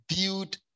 build